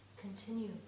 continue